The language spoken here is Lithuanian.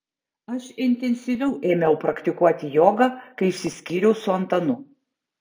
aš intensyviau ėmiau praktikuoti jogą kai išsiskyriau su antanu